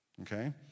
Okay